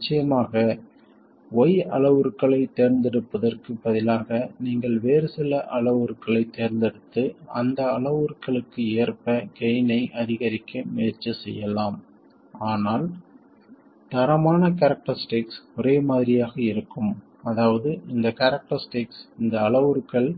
நிச்சயமாக y அளவுருக்களைத் தேர்ந்தெடுப்பதற்குப் பதிலாக நீங்கள் வேறு சில அளவுருக்களைத் தேர்ந்தெடுத்து அந்த அளவுருக்களுக்கு ஏற்ப கெய்ன் ஐ அதிகரிக்க முயற்சி செய்யலாம் ஆனால் தரமான கேரக்டரிஸ்டிக் ஒரே மாதிரியாக இருக்கும் அதாவது இந்த கேரக்டரிஸ்டிக்ஸ் இந்த அளவுருக்கள்